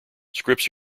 scripts